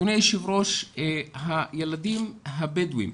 אדוני היו"ר, הילדים הבדואים